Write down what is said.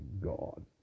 God